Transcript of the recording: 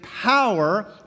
power